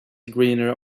greener